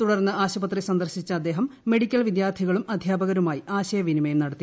തുടർന്ന് ആശുപത്രി സന്ദർശിച്ച അദ്ദേഹം മെഡിക്കൽ വിദ്യാർത്ഥികളും അധ്യാപകരുമായി ആശയവിനിമയം നടത്തി